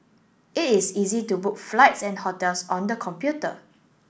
is easy to book flights and hotels on the computer